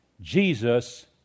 Jesus